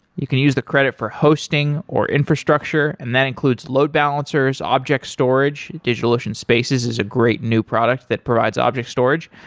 you can use the credit for hosting, or infrastructure, and that includes load balancers, object storage. digitalocean spaces is a great new product that provides object storage,